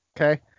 Okay